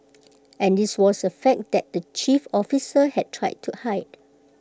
and this was A fact that the chief officers had tried to hide